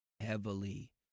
heavily